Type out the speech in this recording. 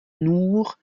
nour